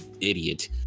idiot